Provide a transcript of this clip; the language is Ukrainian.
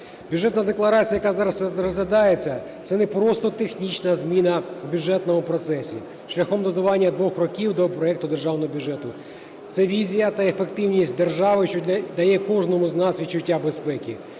Бюджетна декларація, яка зараз розглядається, – це не просто технічна зміна в бюджетному процесі шляхом додавання 2 років до проекту державного бюджету, це візія та ефективність держави, що дає кожному з нас відчуття безпеки.